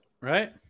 Right